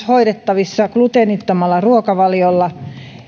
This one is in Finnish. hoidettavissa gluteenittomalla ruokavaliolla